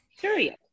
Period